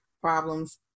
problems